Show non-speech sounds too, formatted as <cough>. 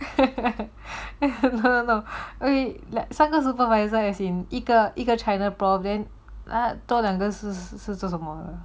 <laughs> ok 三个 supervisor as in 一个一个 China prof then 多两个是是做什么